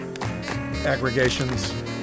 aggregations